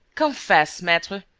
confess, maitre,